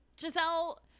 Giselle